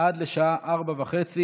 אדוני היושב-ראש?